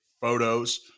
photos